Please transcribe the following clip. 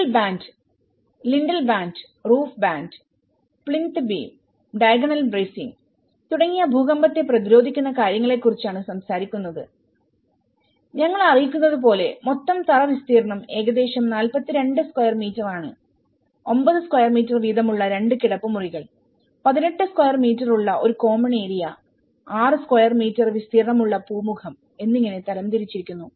സിൽ band lintel band roof band plinth beam diagonal bracing തുടങ്ങിയ ഭൂകമ്പത്തെ പ്രതിരോധിക്കുന്ന കാര്യങ്ങളെക്കുറിച്ചാണ് സംസാരിക്കുന്നത് ഞങ്ങൾ അറിയിക്കുന്നത് പോലെ മൊത്തം തറ വിസ്തീർണ്ണം ഏകദേശം 42 സ്ക്വയർ മീറ്ററാണ്9 സ്ക്വയർ മീറ്റർ വീതമുള്ള 2 കിടപ്പുമുറികൾ 18 സ്ക്വയർ മീറ്റർ ഉള്ള ഒരു കോമൺ ഏരിയ6 സ്ക്വയർ മീറ്റർ വിസ്തീർണമുള്ള പൂമുഖം എന്നിങ്ങനെ തരംതിരിച്ചിരിക്കുന്നു